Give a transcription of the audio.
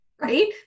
right